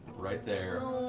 right there.